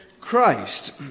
Christ